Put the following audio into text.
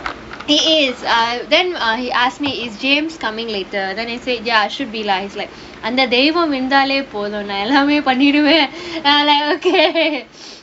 he is then he asked me is james coming later then he said ya should lah he is like அந்த தெய்வம் இருந்தாலே போதும் நான் எல்லாமே பண்ணிடுவேன்:antha theivam irunthaalae pothum naan ellaamae panniduvaen okay